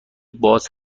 باز